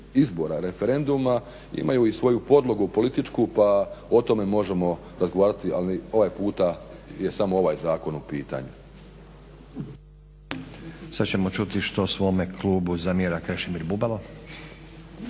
izbora referenduma imaju i svoju podlogu političku pa o tome možemo razgovarati ali ovaj puta je samo ovaj zakon u pitanju.